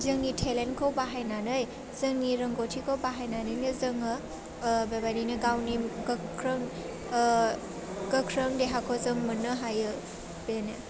जोंनि टेलेन्टखौ बाहायनानै जोंनि रोंग'थिखौ बाहायनानैनो जोङो ओह बेबायदिनो गावनि गोख्रों ओह गोख्रों देहाखौ जों मोन्नो हायो बेनो